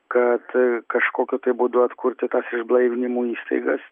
kad kažkokiu tai būdu atkurti tas išblaivinimo įstaigas